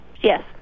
Yes